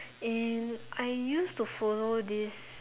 and I used to follow this